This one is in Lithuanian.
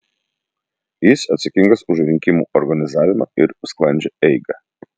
jis atsakingas už rinkimų organizavimą ir sklandžią eigą